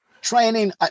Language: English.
training